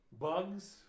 bugs